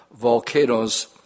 volcanoes